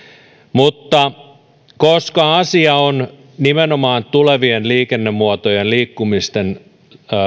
mutta koska asia on nimenomaan tulevien liikennemuotojen liikkumisten